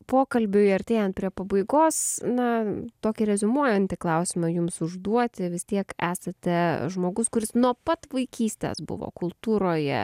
pokalbiui artėjant prie pabaigos na tokį reziumuojantį klausimą jums užduoti vis tiek esate žmogus kuris nuo pat vaikystės buvo kultūroje